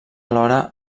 alhora